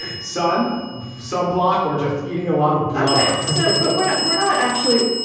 sun sunblock or just eating a lot of blubber so but we're not we're not actually.